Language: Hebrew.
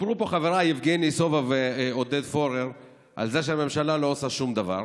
דיברו פה חבריי יבגני סובה ועודד פורר על זה שהממשלה לא עושה שום דבר.